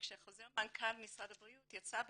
וכשחוזר מנכ"ל משרד הבריאות יצא בנושא,